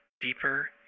deeper